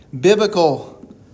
biblical